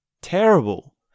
Terrible